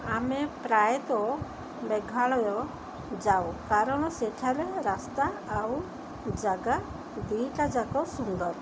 ଆମେ ପ୍ରାୟତଃ ମେଘାଳୟ ଯାଉ କାରଣ ସେଠାରେ ରାସ୍ତା ଆଉ ଜାଗା ଦୁଇଟା ଯାକ ସୁନ୍ଦର